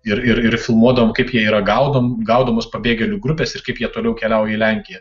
ir ir ir filmuodavom kaip jie yra gaudom gaudomos pabėgėlių grupės ir kaip jie toliau keliauja į lenkiją